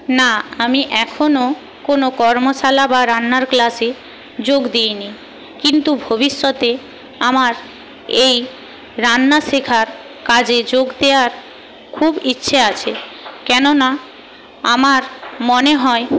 না আমি এখনও কোনো কর্মশালা বা রান্নার ক্লাসে যোগ দিইনি কিন্তু ভবিষ্যতে আমার এই রান্না শেখার কাজে যোগ দেওয়ার খুব ইচ্ছে আছে কেননা আমার মনে হয়